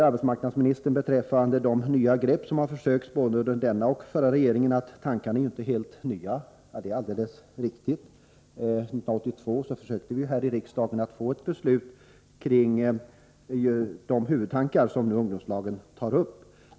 Arbetsmarknadsministern sade beträffande de nya grepp som har prövats av både den nuvarande och den gamla regeringen att tankarna inte är helt nya. Det är alldeles riktigt. År 1982 förde vi i riksdagen fram förslag som i huvudsak tog upp de tankegångar som nu finns i ungdomslagen.